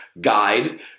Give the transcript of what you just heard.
guide